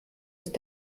ist